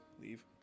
leave